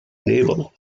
naval